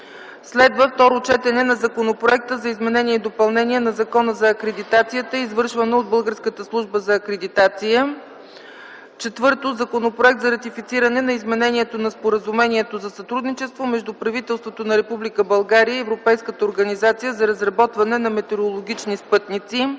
3. Второ четене на Законопроекта за изменение и допълнение на Закона за акредитацията, извършвана от Българската служба за акредитация. 4. Законопроект за ратифициране на Изменението на Споразумението за сътрудничество между правителството на Република България и Европейската организация за разработване на метеорологични спътници.